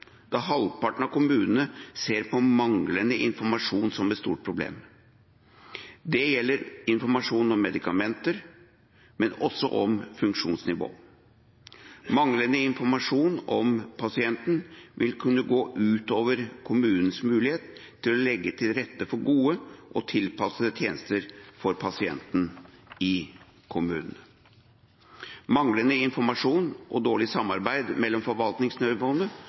da halvparten av kommunene ser på manglende informasjon som et stort problem. Det gjelder informasjon om medikamenter, men også om funksjonsnivå. Manglende informasjon om pasienten vil kunne gå ut over kommunens mulighet til å legge til rette for gode og tilpassede tjenester for pasienten i kommunen. Manglende informasjon og dårlig samarbeid mellom